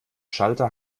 schalter